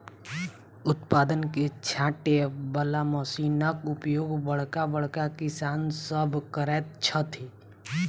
उत्पाद के छाँटय बला मशीनक उपयोग बड़का बड़का किसान सभ करैत छथि